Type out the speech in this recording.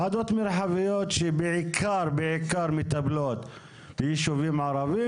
ועדות מרחביות שבעיקר מקבלות ישובים ערבים